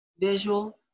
visual